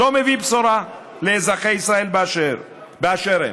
לא מביא בשורה לאזרחי ישראל באשר הם.